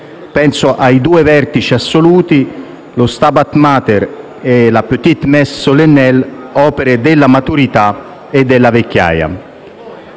Penso ai due vertici assoluti: «Stabat Mater» e «Petite messe solennelle»: opere della maturità e della vecchiaia.